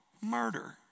murder